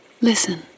Listen